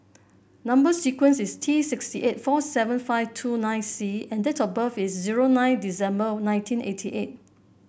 number sequence is T six eight four seven five two nine C and date of birth is zero nine December nineteen eighty eight